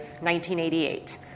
1988